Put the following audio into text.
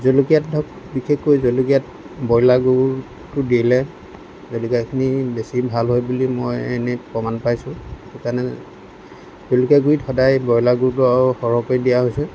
জলকীয়াত ধৰক বিশেষকৈ জলকীয়াত ব্ৰইলাৰ গুটো দিলে জলকীয়াখিনি বেছি ভাল হয় বুলি মই এনেই প্ৰমাণ পাইছোঁ সেইকাৰণে জলকীয়া গুড়িত সদায় ব্ৰইলাৰ গুটো আৰু সৰহকৈ দিয়া হৈছে